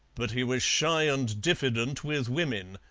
but he was shy and diffident with women.